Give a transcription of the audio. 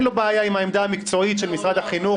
בעיה עם העמדה המקצועית של משרד החינוך.